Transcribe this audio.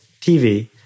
TV